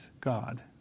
God